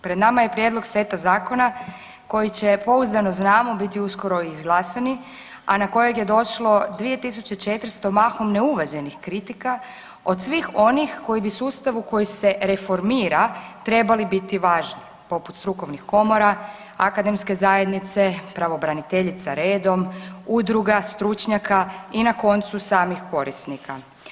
Pred nama je prijedlog seta zakona koji će pouzdano znamo, biti uskoro i izglasani, a na kojeg je došlo 2400 mahom neuvaženih kritika, od svih onih koji bi sustavu koji se reformira trebali biti važni, poput strukovnih komora, akademske zajednice, pravobraniteljica redom, udruga, stručnjaka i na koncu, samih korisnika.